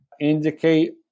indicate